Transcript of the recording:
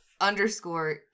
underscore